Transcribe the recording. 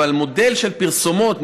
אבל מודל של פרסומות,